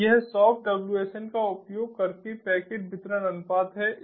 तो यह soft WSN का उपयोग करके पैकेट वितरण अनुपात है